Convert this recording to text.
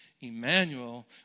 Emmanuel